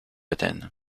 athènes